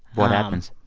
what happens?